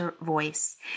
voice